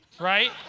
right